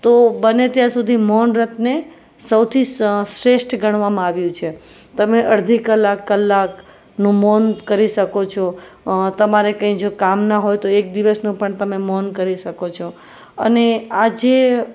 બને ત્યાં સુધી મૌન વ્રતને સૌથી શ્રેષ્ઠ ગણવામાં આવે છે તમે અડધી કલાક કલાકનું મૌન કરી શકો છો તમારે જો કંઈ કામ મ ના હોય તો એક દિવસનું પણ તમે મૌન કરી શકો છો અને આજે